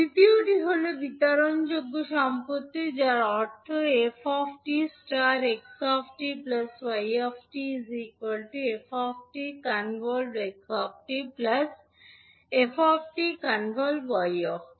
দ্বিতীয়টি হল বিতরণযোগ্য সম্পত্তি যার অর্থ 𝑓 𝑡 ∗ 𝑥 𝑡 𝑦 𝑡 𝑓 𝑡 ∗ 𝑥 𝑡 𝑓 𝑡 ∗ 𝑦 𝑡